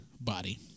body